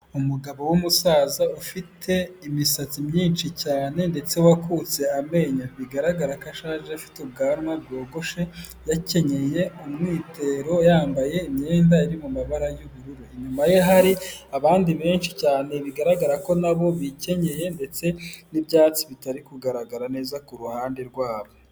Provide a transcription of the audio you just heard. Umugabo w'umusaza ufite imisatsi myinshi cyane ndetse wakutse amenyo bigaragara ko ashaje afite ubwanwa bwogoshe yakenyeye umwitero yambaye imyenda iri mumabara y'ubururu, inyuma ye hari abandi benshi cyane bigaragara ko nabo bikenyeye ndetse n'ibyatsi bitari kugaragara neza ku ruhande rwabo.